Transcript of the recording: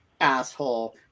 asshole